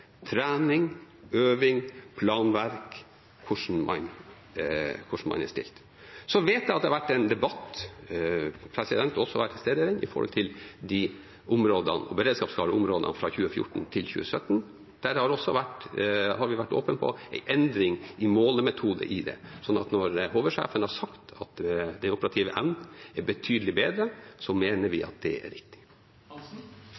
trening, øving, planverk, hvordan man er stilt. Så vet jeg at det har vært en debatt – jeg har også vært til stede i den – om de beredskapsklare områdene fra 2014 til 2017, og der har vi vært åpne om en endring i målemetode. Så når HV-sjefen har sagt at den operative evnen er betydelig bedre, mener vi at det er riktig. Så